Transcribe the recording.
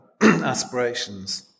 aspirations